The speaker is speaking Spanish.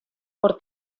por